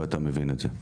ואתה מבין את זה.